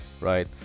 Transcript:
right